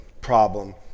problem